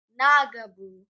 nagabu